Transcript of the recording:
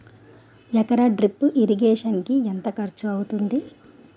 ఎకర drip irrigation కి ఎంత ఖర్చు అవుతుంది?